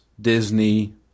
Disney